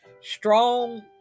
strong